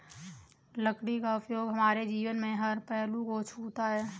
लकड़ी का उपयोग हमारे जीवन के हर पहलू को छूता है